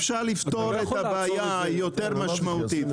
אפשר לפתור את הבעיה יותר משמעותית.